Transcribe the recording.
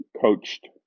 coached